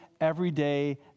everyday